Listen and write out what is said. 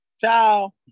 Ciao